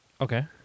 okay